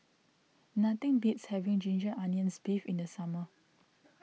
nothing beats having Ginger Onions Beef in the summer